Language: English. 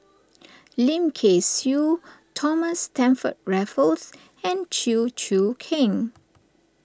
Lim Kay Siu Thomas Stamford Raffles and Chew Choo Keng